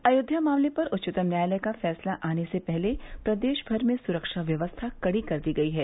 अयोध्या मामले पर उच्चतम न्यायालय का फैसला आने से पहले प्रदेश भर में सुरक्षा व्यवस्था कड़ी कर दी गयी है